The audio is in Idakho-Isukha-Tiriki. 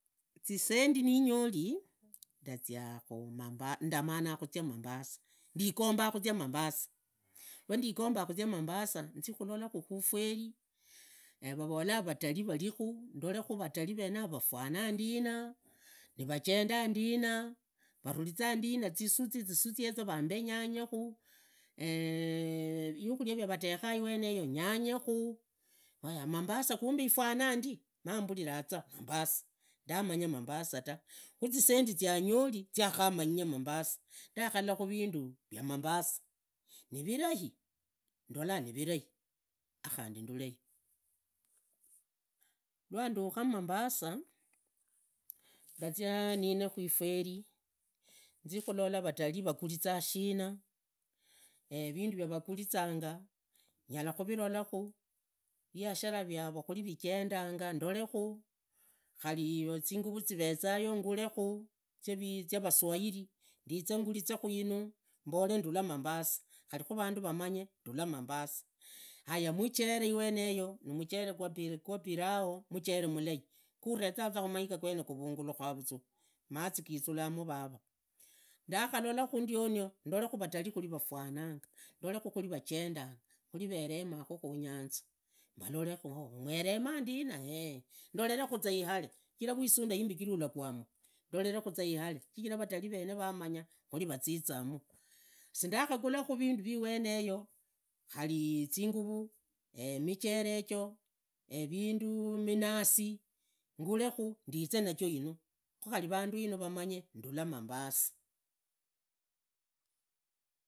Zisendi ninyoli ndazia mombasa ndama ndazikhumambasa, ndigomba khuzia mambasa wandigomba khuzia mambasa, zikhulolakhu ifori na varolaa vatalii virikhu ndolee vutali venaro vafwanandina nivajenda ndina, vavuriza ndina zisuzi zisuzi yezo vaambe nyanyekhu vikhuria vya vatekha iweneyo vambee yanyekhu vaya mambasa kumbe ifwana ndi, ndamanga mambasa tu, khuzisendi zia nyoli zia lhamanya mambasa, ndakhalakhu vindu vya mambasa nivirahi ndola nivirahi akhandi nduleyo. Lwadukha mambasa nduzia nine kuferi, ndazia ndole vatalii vaguriza shina, vindu vya vagurizanga nyala khuvirovakhu, viashara vyaro khuri vijendanga ndolekhu khari zinguvu zivezayo ngulekhu, zia vaswahili, ndize ngurize khu yinu mbole ndala mambasa khari khh vandu vamanye ndula mambasa, hayauchere iweneyo nimuchere gwa pilau muchere mulai, gavezaa za khumaiga gwene guvungulaka